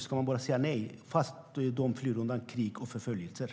Ska vi säga nej fast de flyr undan krig och förföljelser?